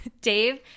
Dave